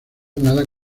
nada